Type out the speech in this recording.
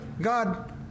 God